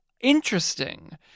interesting